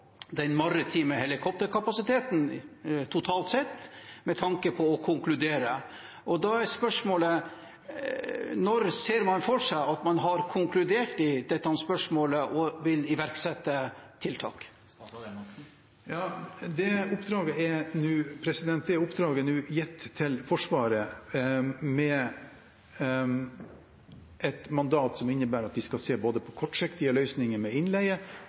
den maritime helikopterkapasiteten totalt sett med tanke på å konkludere. Da er spørsmålet: Når ser man for seg at man har konkludert i dette spørsmålet og vil iverksette tiltak? Det oppdraget er nå gitt til Forsvaret, med et mandat som innebærer at de skal se på både en kortsiktig løsning med innleie